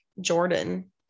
Jordan